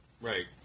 right